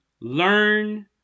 learn